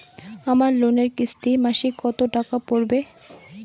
আমার লোনের কিস্তি মাসিক কত টাকা পড়বে?